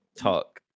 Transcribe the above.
talk